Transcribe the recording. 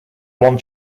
one